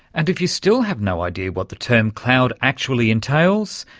and if you still have no idea what the term cloud actually entails,